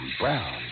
brown